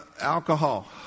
Alcohol